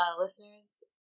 Listeners